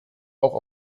auch